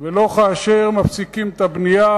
ולא כאשר מפסיקים את הבנייה.